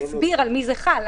נסביר על מי זה חל.